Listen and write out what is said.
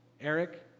Eric